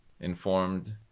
informed